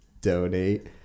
donate